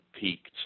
peaked